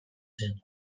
zen